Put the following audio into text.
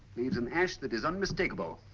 leads an ash that is unmistakable.